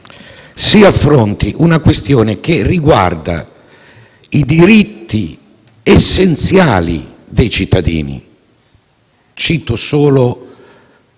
si affronti una questione che riguarda i diritti essenziali dei cittadini, cito solo